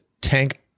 tank